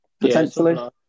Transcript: Potentially